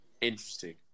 Interesting